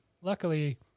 luckily